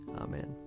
Amen